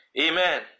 Amen